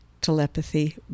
telepathy